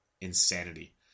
Insanity